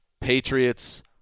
Patriots